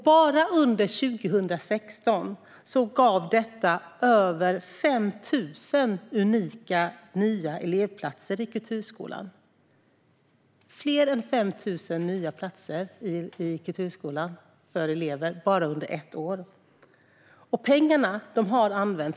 Bara under 2016 gav detta över 5 000 unika nya elevplatser i kulturskolan - alltså fler än 5 000 nya platser i kulturskolan bara under ett år. Pengarna har använts.